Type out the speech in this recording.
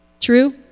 True